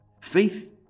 faith